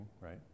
right